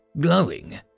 glowing